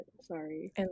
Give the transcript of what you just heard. sorry